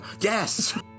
Yes